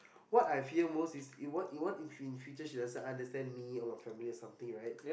what I fear most is if what if what in future if she doesn't understand me or my family or something right